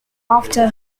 after